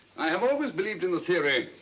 i have always believed in the theory